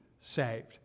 saved